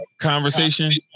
conversation